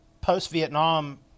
post-Vietnam